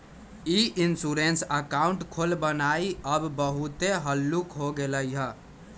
ई insurance account खोलबनाइ अब बहुते हल्लुक हो गेलइ ह